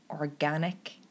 organic